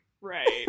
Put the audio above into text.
right